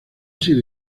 sido